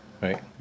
right